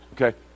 Okay